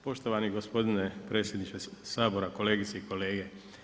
Poštovani gospodine predsjedniče Sabora, kolegice i kolege.